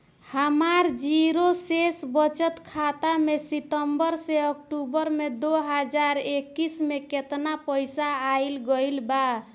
हमार जीरो शेष बचत खाता में सितंबर से अक्तूबर में दो हज़ार इक्कीस में केतना पइसा आइल गइल बा?